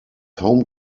home